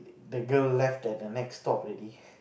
that girl left at the next stop already